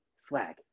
swag